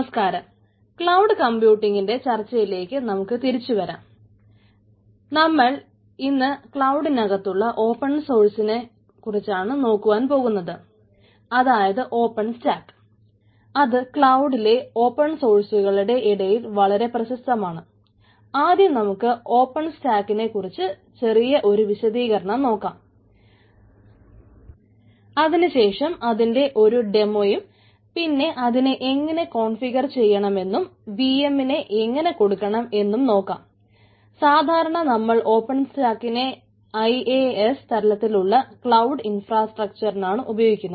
നമസ്കാരം ക്ലൌഡ് കംപ്യൂട്ടിങ്ങിന്റെ ഉപയാഗിക്കുന്നത്